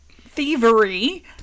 Thievery